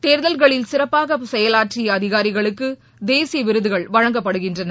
தேர்தல்களில் சிறப்பாக செயலாற்றிய அதிகாரிகளுக்கு தேசிய விருதுகள் வழங்கப்படுகின்றன